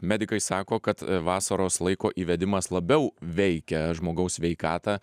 medikai sako kad vasaros laiko įvedimas labiau veikia žmogaus sveikatą